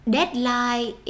Deadline